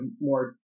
more